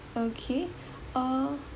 okay uh